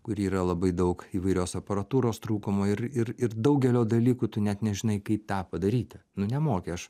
kur yra labai daug įvairios aparatūros trūkumo ir ir ir daugelio dalykų tu net nežinai kaip tą padaryti nu nemoki aš